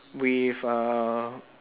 with a